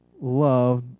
love